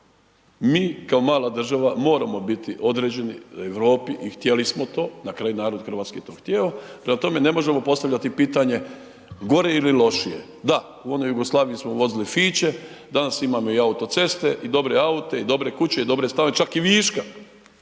mi kao mala država moramo biti određeni Europi i htjeli smo to, na kraju narod hrvatski je to htio. Prema tome, ne možemo postavljati pitanje gore ili lošije. Da u onoj Jugoslaviji smo vozili fiće, danas imamo i autoceste i dobre aute i dobre kuće i dobre stanove, čak i viška